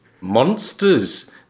Monsters